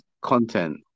content